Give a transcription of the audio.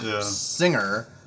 singer